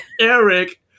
Eric